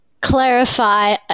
clarify